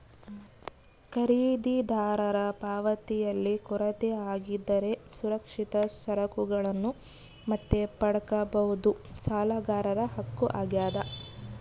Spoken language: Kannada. ಖರೀದಿದಾರರ ಪಾವತಿಯಲ್ಲಿ ಕೊರತೆ ಆಗಿದ್ದರೆ ಸುರಕ್ಷಿತ ಸರಕುಗಳನ್ನು ಮತ್ತೆ ಪಡ್ಕಂಬದು ಸಾಲಗಾರರ ಹಕ್ಕು ಆಗ್ಯಾದ